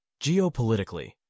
Geopolitically